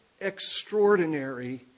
extraordinary